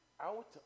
out